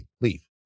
leave